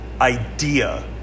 idea